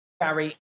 Gary